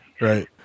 Right